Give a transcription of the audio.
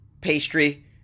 pastry